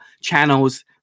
channels